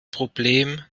problem